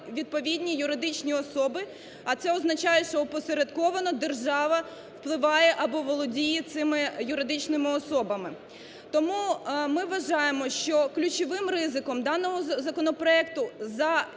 відповідні юридичні особи, а це означає, що опосередковано держава впливає або володіє цими юридичними особами. Тому ми вважаємо, що ключовим ризиком даного законопроекту за цією